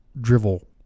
drivel